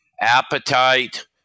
appetite